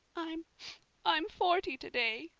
i'm i'm forty today,